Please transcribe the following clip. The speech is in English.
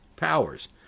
powers